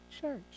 church